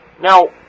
Now